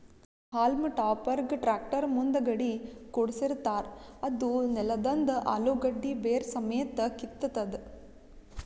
haulm ಟಾಪರ್ಗ್ tractor ಮುಂದಗಡಿ ಕುಡ್ಸಿರತಾರ್ ಅದೂ ನೆಲದಂದ್ ಅಲುಗಡ್ಡಿ ಬೇರ್ ಸಮೇತ್ ಕಿತ್ತತದ್